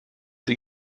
sie